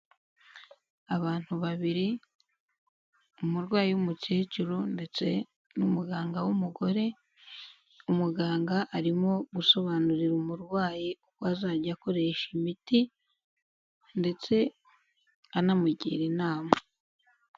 Abantu babiri, umurwayi w'umukecuru ndetse n'umuganga w'umugore, umuganga arimo gusobanurira umurwayi uko azajya akoresha imiti ndetse anamugira inama.